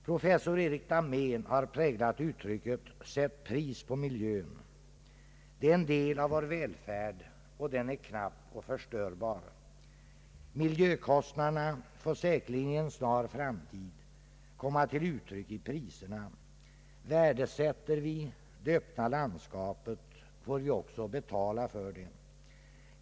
Professor Erik Dahmén har präglat uttrycket: ”Sätt pris på miljön!”. Den är en del av vår välfärd, och den är knapp och förstörbar. Miljökostnaderna får säkerligen i en snar framtid komma till uttryck i priserna. Värdesätter vi det öppna landskapet får vi också be tala för det.